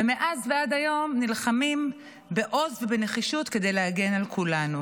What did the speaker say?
ומאז ועד היום נלחמים בעוז ובנחישות כדי להגן על כולנו.